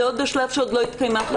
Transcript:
זה עוד בשלב בו עוד לא התקיימה חקירה.